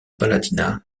palatinat